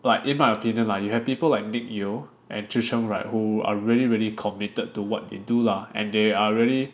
like in my opinion lah you have people like Nick Yeo and Zhi Sheng right who are really really committed to what they do lah and they are really